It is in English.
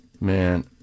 Man